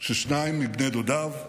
של שניים מבני דודיו,